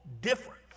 different